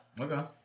Okay